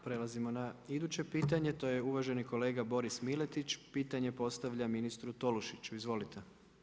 Prelazimo na iduće pitanje, to je uvaženi kolega Boris Miletić, pitanje postavlja ministru Tolušiću, izvolite.